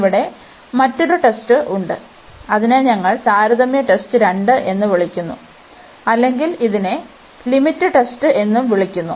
ഇവിടെ മറ്റൊരു ടെസ്റ്റ് ഉണ്ട് അതിനെ ഞങ്ങൾ താരതമ്യ ടെസ്റ്റ് 2 എന്ന് വിളിക്കുന്നു അല്ലെങ്കിൽ ഇതിനെ ലിമിറ്റ് ടെസ്റ്റ് എന്നും വിളിക്കുന്നു